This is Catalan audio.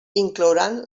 inclouran